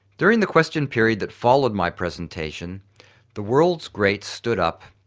during the question period that followed my presentation the world's greats stood up,